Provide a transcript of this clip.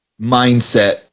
mindset